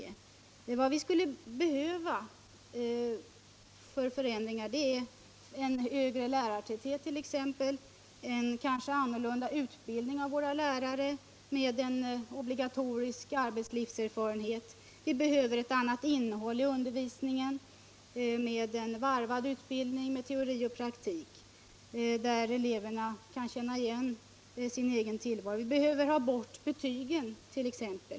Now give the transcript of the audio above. De förändringar vi skulle behöva är t.ex. en högre lärartäthet, kanske en annan utbildning av våra lärare med en obligatorisk arbetslivserfarenhet samt ett annat innehåll i undervisningen och en varvad utbildning med teori och praktik, där eleverna kan känna igen sin egen tillvaro. Vi måste ha bort betygen.